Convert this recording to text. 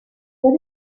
what